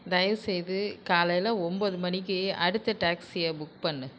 தயவுசெய்து காலையில் ஒம்பது மணிக்கு அடுத்த டாக்ஸியை புக் பண்ணு